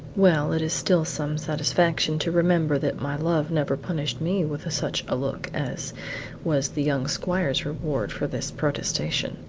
well, it is still some satisfaction to remember that my love never punished me with such a look as was the young squire's reward for this protestation.